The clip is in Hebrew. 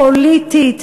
פוליטית.